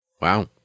Wow